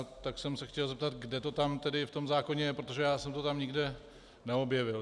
Tak jsem se chtěl zeptat, kde to tam v tom zákoně je, protože já jsem to tam nikde neobjevil.